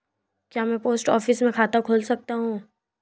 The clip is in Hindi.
क्या मैं पोस्ट ऑफिस में खाता खोल सकता हूँ?